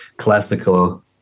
classical